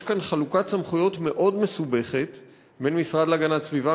יש כאן חלוקת סמכויות מאוד מסובכת בין המשרד להגנת הסביבה,